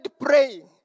praying